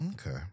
okay